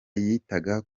yitaga